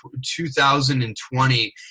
2020